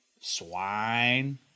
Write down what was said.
swine